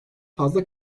fazla